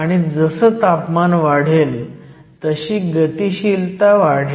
आणि जसं तापमान वाढेल तशी गतीशीलता वाढेल